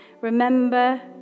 remember